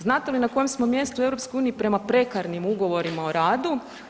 Znate li na kojem smo mjestu u EU prema prekarnim ugovorima o radu?